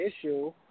issue